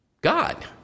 God